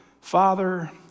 Father